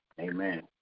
Amen